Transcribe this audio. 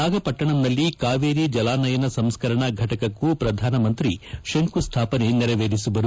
ನಾಗಪಟ್ಟಣಂನಲ್ಲಿ ಕಾವೇರಿ ಜಲಾನಯನ ಸಂಸ್ಕರಣಾ ಘಟಕಕ್ಕೂ ಪ್ರಧಾನಮಂತ್ರಿ ಶಂಕುಸ್ಡಾಪನೆ ನೆರವೇರಿಸಲಿದ್ದಾರೆ